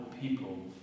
people